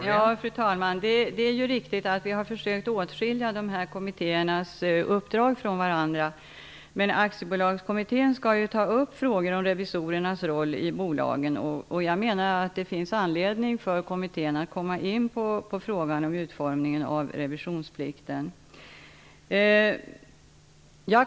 Fru talman! Det är riktigt att vi har försökt skilja dessa kommittéers uppdrag från varandra. Men Aktiebolagskommittén skall behandla frågan om revisorernas roll i bolagen. Det finns anledning för kommittén att komma in på frågan om utformningen av revisionsplikten.